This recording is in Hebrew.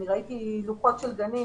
אני ראיתי דוחות של גנים,